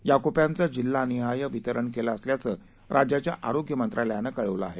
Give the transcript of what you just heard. या कुप्याचं जिल्हानिहाय वितरण केलं असल्याचं राज्याच्या आरोग्य मंत्रालयानं कळवलं आहे